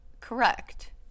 Correct